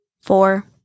Four